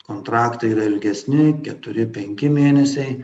kontraktai yra ilgesni keturi penki mėnesiai